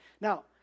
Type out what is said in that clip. Now